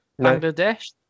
Bangladesh